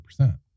100%